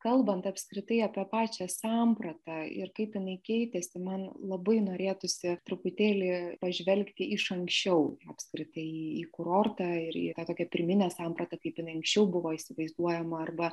kalbant apskritai apie pačią sampratą ir kaip jinai keitėsi man labai norėtųsi truputėlį pažvelgti iš anksčiau apskritai į kurortą ir į tokią pirminę sampratą kaip jinai anksčiau buvo įsivaizduojama arba